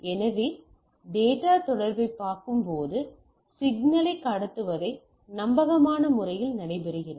எனவே டேட்டா தொடர்பை பார்க்கும்போது சிக்னல்களை கடத்துவதை நம்பகமான முறையில் நடைபெறுகிறது